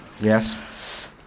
Yes